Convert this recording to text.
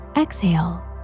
Exhale